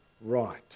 right